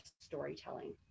storytelling